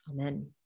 Amen